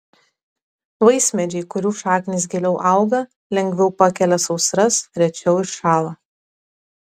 vaismedžiai kurių šaknys giliau auga lengviau pakelia sausras rečiau iššąla